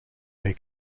their